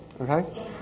okay